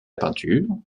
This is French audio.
peinture